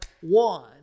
one